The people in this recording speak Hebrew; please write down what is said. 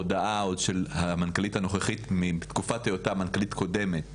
יש הודעה או של המנכ"לית הנוכחית מתקופת היותה מנכ"לית קודמת